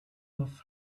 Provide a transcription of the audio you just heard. off